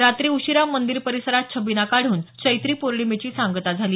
रात्री उशिरा मंदिर परिसरात छबिना काढून चैत्री पोर्णिमेची सांगता झाली